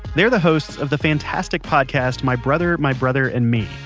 they're the hosts of the fantastic podcast my brother, my brother, and me,